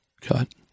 Cut